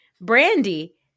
Brandy